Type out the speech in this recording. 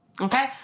Okay